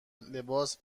لباس